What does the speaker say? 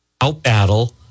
outbattle